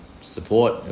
support